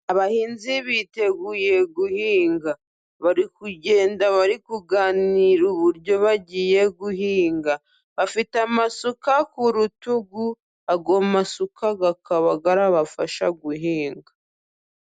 Abahinzi biteguye guhinga bari kugenda bari kuganira uburyo bagiye guhinga ,bafite amasuka ku rutugu, ayo masuka akaba arabafasha guhinga.